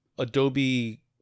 Adobe